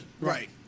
Right